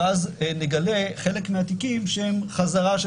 ואז נגלה שחלק מהתיקים הם חזרה של